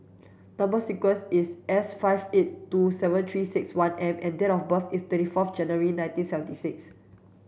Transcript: number sequence is S five eight two seven three six one M and date of birth is twenty forth January nineteen seventy six